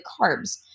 carbs